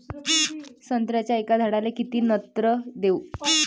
संत्र्याच्या एका झाडाले किती नत्र देऊ?